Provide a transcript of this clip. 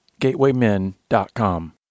gatewaymen.com